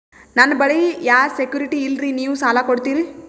ನನ್ನ ಬಳಿ ಯಾ ಸೆಕ್ಯುರಿಟಿ ಇಲ್ರಿ ನೀವು ಸಾಲ ಕೊಡ್ತೀರಿ?